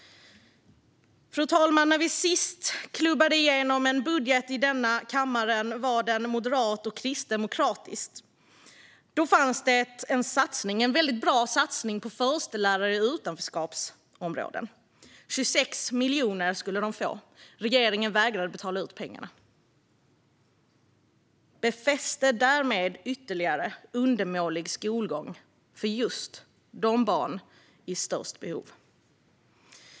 Fru talman! När vi sist klubbade igenom en budget i denna kammare var den moderat och kristdemokratisk. Då fanns det en väldigt bra satsning på förstelärare i utanförskapsområden. 26 miljoner skulle de få. Regeringen vägrade att betala ut pengarna och befäste därmed en ytterligare undermålig skolgång för just de barn som har störst behov.